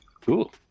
cool